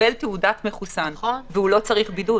מקבל תעודת מחוסן והוא לא צריך בידוד.